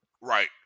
Right